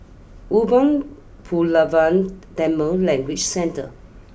Umar Pulavar Tamil Language Centre